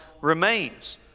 remains